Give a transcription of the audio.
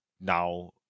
now